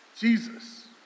Jesus